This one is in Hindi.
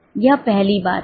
यह पहली बात है